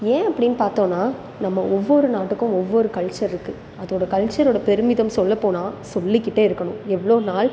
ஏன் அப்படின்னு பார்த்தோன்னா நம்ம ஒவ்வொரு நாட்டுக்கும் ஒவ்வொரு கல்ச்சர் இருக்குது அதோடய கல்ச்சரோடய பெருமிதம் சொல்லப் போனால் சொல்லிக்கிட்டே இருக்கணும் எவ்வளவு நாள்